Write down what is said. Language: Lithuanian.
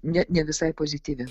ne ne visai pozityvi